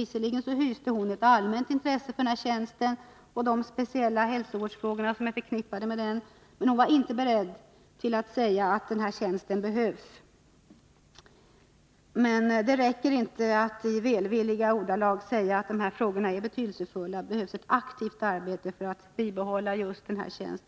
Visserligen sade hon att hon hyste ett allmänt intresse för denna tjänst och de speciella hälsovårdsfrågor som den är förknippad med, men hon var inte beredd att säga att tjänsten behövs. Det räcker inte att i välvilliga ordalag säga att de här frågorna är betydelsefulla. Det behövs enligt min mening ett aktivt arbete för att bibehålla just denna tjänst.